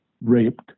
raped